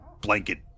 blanket